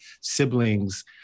siblings